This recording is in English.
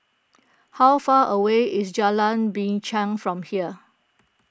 how far away is Jalan Binchang from here